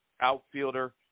outfielder